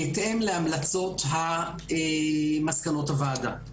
בהתאם להמלצות ומסקנות הוועדה.